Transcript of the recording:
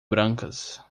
brancas